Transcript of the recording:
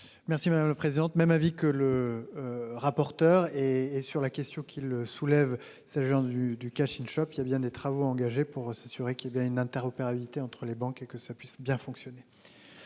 Merci madame le présente même avis que le. Rapporteur et et sur la question qu'ils soulèvent c'est le gens du du cash il chope il y a bien des travaux engagés pour s'assurer qu'il est bien une interopérabilité entre les banques et que ça puisse bien fonctionner.